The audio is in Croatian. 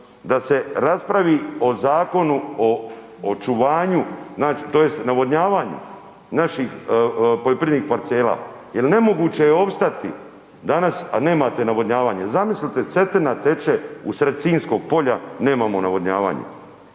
da se raspravi o zakonu o očuvanju tj. navodnjavanju naših poljoprivrednih parcela jer nemoguće je opstati danas, a nemate navodnjavanje. Zamislite Cetina teče usred Sinjskog polja, nemamo navodnjavanje,